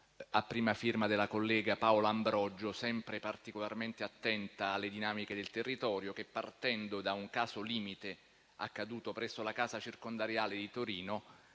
a prima firma della collega Paola Ambrogio, sempre particolarmente attenta alle dinamiche del territorio, che, partendo da un caso limite, accaduto presso la casa circondariale di Torino,